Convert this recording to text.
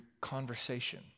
conversation